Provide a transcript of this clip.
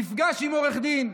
מפגש עם עורך דין.